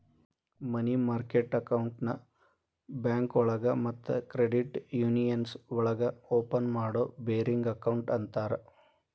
ಮನಿ market ಅಕೌಂಟ್ನ ಬ್ಯಾಂಕೋಳಗ ಮತ್ತ ಕ್ರೆಡಿಟ್ ಯೂನಿಯನ್ಸ್ ಒಳಗ ಓಪನ್ ಮಾಡೋ ಬೇರಿಂಗ್ ಅಕೌಂಟ್ ಅಂತರ